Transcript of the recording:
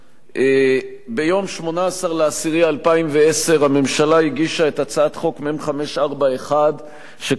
ביום 18 באוקטובר 2010 הממשלה הגישה את הצעת חוק מ/541 שכותרתה: